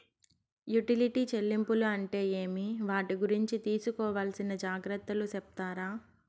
Utility చెల్లింపులు అంటే ఏమి? వాటి గురించి తీసుకోవాల్సిన జాగ్రత్తలు సెప్తారా?